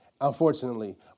unfortunately